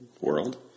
world